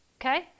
Okay